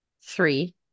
three